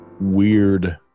weird